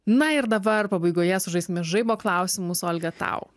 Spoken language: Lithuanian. na ir dabar pabaigoje sužaisime žaibo klausimus olga tau